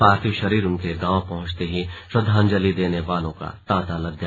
पार्थिव शरीर उनके गांव पहंचते ही श्रद्वांजलि देने वालों का तांता लग गया